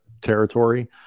territory